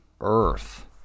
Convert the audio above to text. earth